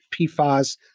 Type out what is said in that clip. PFAS